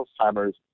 Alzheimer's